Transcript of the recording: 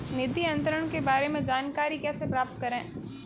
निधि अंतरण के बारे में जानकारी कैसे प्राप्त करें?